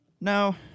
no